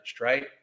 right